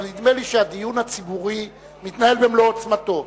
אבל נדמה לי שהדיון הציבורי מתנהל במלוא עוצמתו.